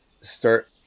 start